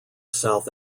south